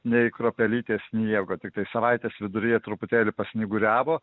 nei kruopelytės sniego tiktai savaitės viduryje truputėlį pasnyguriavo